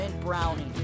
brownie